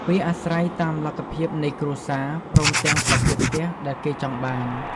វាអាស្រ័យតាមលទ្ធភាពនៃគ្រួសារ ព្រមទាំងប្រភេទផ្ទះដែលគេចង់បាន។